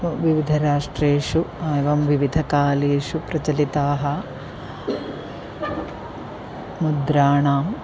विविध राष्ट्रेषु एवं विविध कालेषु प्रचलिताः मुद्राणाम्